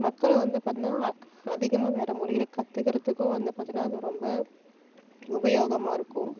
மக்கள் வந்து பார்த்திங்கனா அ அதிகமாக வேறு மொழிகள கற்றுக்குறதுக்கும் வந்து பார்த்திங்கனா அது ரொம்ப உபயோகமாக இருக்கும்